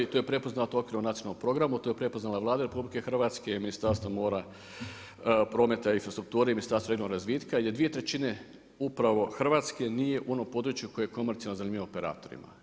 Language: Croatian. Tu je prepoznato, otkriveno u nacionalnom programu, to je prepoznala Vlada RH, i Ministarstvo mora, prometa i infrastrukture, Ministarstvo regionalnog razvitka, gdje 2/3 upravo Hrvatske nije u onom području koje je komercijalno zanimljivo operatorima.